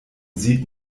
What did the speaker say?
sieht